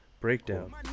Breakdown